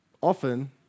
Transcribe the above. Often